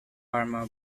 parma